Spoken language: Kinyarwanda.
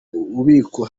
bubiko